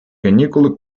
канікули